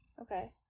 Okay